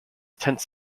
tense